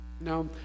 Now